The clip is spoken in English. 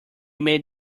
made